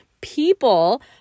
People